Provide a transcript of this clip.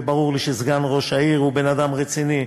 וברור לי שסגן ראש העיר הוא בן-אדם רציני,